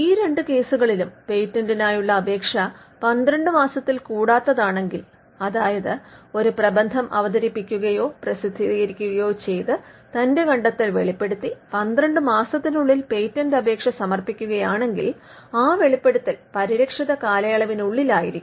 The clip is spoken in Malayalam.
ഈ രണ്ട് കേസുകളിലും പേറ്റന്റിനായുള്ള അപേക്ഷ പന്ത്രണ്ട് മാസത്തിൽ കൂടാത്തതാണെങ്കിൽ അതായത് ഒരു പ്രബന്ധം അവതരിപ്പിക്കുകയോ പ്രസിദ്ധീകരിക്കുകയോ ചെയ്ത് തന്റെ കണ്ടെത്തൽ വെളിപ്പെടുത്തി പന്ത്രണ്ട് മാസത്തിനുള്ളിൽ പേറ്റന്റ് അപേക്ഷ സമർപ്പിക്കുകയാണെങ്കിൽ ആ വെളിപ്പെടുത്തൽ പരിരക്ഷിത കാലയളവിനുള്ളിലായിരിക്കും